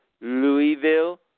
Louisville